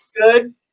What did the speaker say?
Good